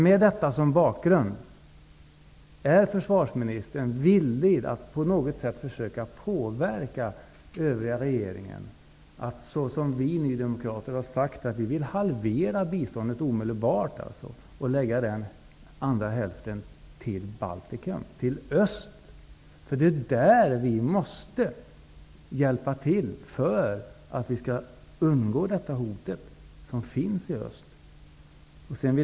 Med detta som bakgrund: Är försvarsministern villig att på något sätt försöka påverka övriga i regeringen att, såsom vi nydemokrater har sagt, omedelbart halvera biståndet och låta den ena hälften gå till Baltikum, till öst? Det är i öst som vi måste hjälpa till för att vi skall undgå det hot som finns i öst.